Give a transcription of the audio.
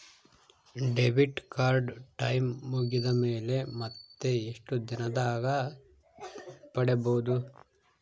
Debit card time ಮುಗಿದ ಮೇಲೆ ಮತ್ತೆ ಎಷ್ಟು ದಿನದಾಗ ಪಡೇಬೋದು?